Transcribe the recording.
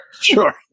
sure